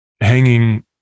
hanging